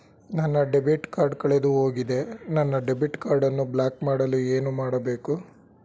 ನನ್ನ debit card ಕಳೆದುಹೋಗಿದೆ ನನ್ನ ಡೆಬಿಟ್ ಕಾರ್ಡ್ ಅನ್ನು ಬ್ಲಾಕ್ ಮಾಡಲು ಏನು ಮಾಡಬೇಕು?